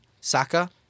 Saka